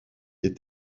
est